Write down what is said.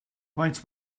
faint